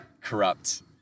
corrupt